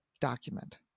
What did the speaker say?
document